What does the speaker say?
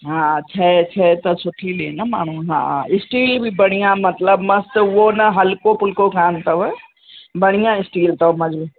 हा शइ शइ त सुठी ले न माण्हू स्टील बि बणिया मतलबु मस्त उहो न हल्को फ़ुल्को कान अथव बणिया स्टील अथव मज